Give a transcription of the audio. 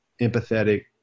empathetic